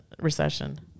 recession